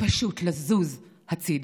פשוט לזוז הצידה.